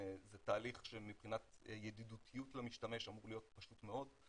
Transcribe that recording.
זה תהליך שמבחינת ידידותיות למשתמש אמור להיות פשוט מאד,